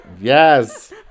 Yes